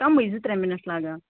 کَمٕے زٕ ترٛےٚ مِنٹ لَگان